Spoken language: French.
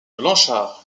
blanchard